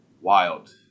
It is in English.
wild